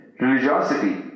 religiosity